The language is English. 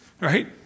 right